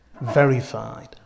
verified